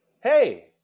Hey